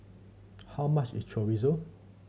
how much is Chorizo